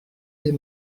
les